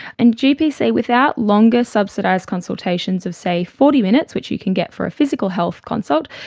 and gps say without longer subsidised consultations of, say, forty minutes, which you can get for a physical health consult,